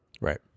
Right